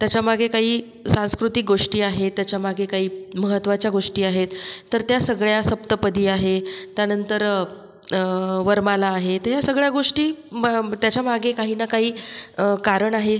त्याच्यामागे काही सांस्कृतिक गोष्टी आहे त्याच्यामागे काही महत्त्वाच्या गोष्टी आहेत तर त्या सगळ्या सप्तपदी आहे त्यानंतर वरमाला आहे तर ह्या सगळ्या गोष्टी बहं ब त्याच्यामागे काही ना काही कारण आहे